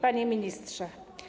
Panie Ministrze!